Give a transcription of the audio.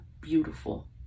beautiful